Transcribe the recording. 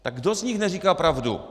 Tak kdo z nich neříká pravdu?